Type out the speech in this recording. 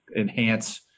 enhance